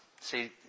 See